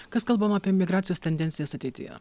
kas kalbama apie migracijos tendencijas ateityje